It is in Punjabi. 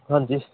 ਹਾਂਜੀ